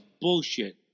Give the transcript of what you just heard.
bullshit